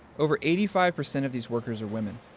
over eighty five percent of these workers are women.